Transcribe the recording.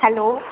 hello